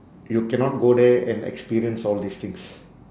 you cannot go there and experience all these things